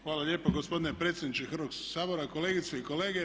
Hvala lijepo gospodine predsjedniče Hrvatskog sabora, kolegice i kolege.